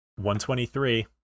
123